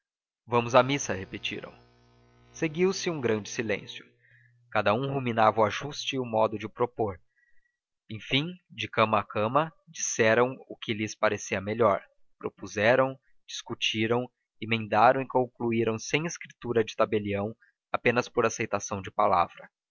vamos à missa repetiram seguiu-se um grande silêncio cada um ruminava o ajuste e o modo de o propor enfim de cama a cama disseram o que lhes parecia melhor propuseram discutiram emendaram e concluíram sem escritura de tabelião apenas por aceitação de palavra